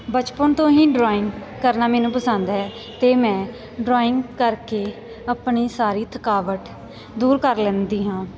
ਬਚਪਨ ਤੋਂ ਹੀ ਡਰਾਇੰਗ ਕਰਨਾ ਮੈਨੂੰ ਪਸੰਦ ਹੈ ਅਤੇ ਮੈਂ ਡਰਾਇੰਗ ਕਰਕੇ ਆਪਣੀ ਸਾਰੀ ਥਕਾਵਟ ਦੂਰ ਕਰ ਲੈਂਦੀ ਹਾਂ